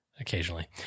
Occasionally